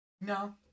No